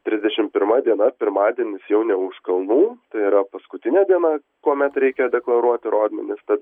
trisdešim pirma diena pirmadienis jau ne už kalnų tai yra paskutinė diena kuomet reikia deklaruoti rodmenis tad